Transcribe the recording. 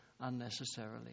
unnecessarily